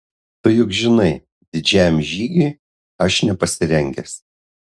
tu juk žinai didžiajam žygiui aš nepasirengęs